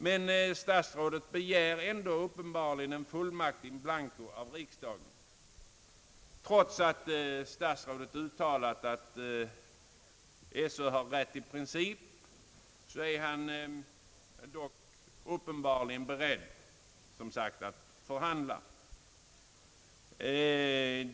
Statsrådet begär ändå tydligen en fullmakt in blanco av riksdagen. Trots att statsrådet uttalat att Sö har rätt i princip, är han dock som sagt uppenbarligen beredd att förhandla.